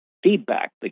Feedback